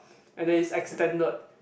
and then is extended